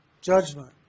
judgment